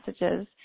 messages